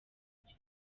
buryo